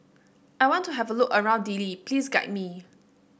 I want to have a look around Dili please guide me